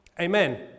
Amen